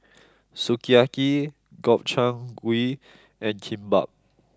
Sukiyaki Gobchang Gui and Kimbap